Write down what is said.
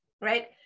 right